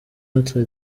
notre